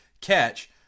catch